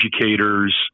educators